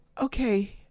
Okay